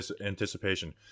anticipation